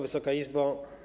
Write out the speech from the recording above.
Wysoka Izbo!